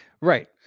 Right